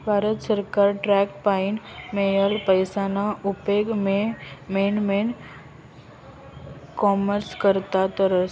भारत सरकार टॅक्स पाईन मियेल पैसाना उपेग मेन मेन कामेस्ना करता करस